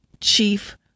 chief